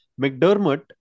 McDermott